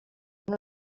ubu